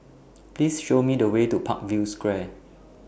Please Show Me The Way to Parkview Square